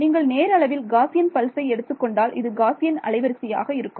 நீங்கள் நேர அளவில் காசியன் பல்சை எடுத்துக் கொண்டால் இது காசியன் அலை வரிசையாக இருக்கும்